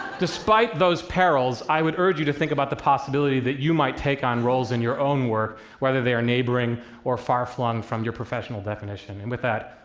despite those perils, i would urge you to think about the possibility that you might take on roles in your own work, whether they are neighboring or far-flung from your professional definition. and with that,